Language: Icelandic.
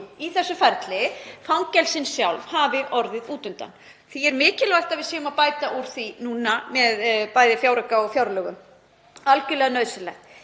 í þessu ferli, fangelsin sjálf, hafi orðið út undan. Því er mikilvægt að við séum að bæta úr því núna með bæði fjárauka og fjárlögum, algjörlega nauðsynlegt.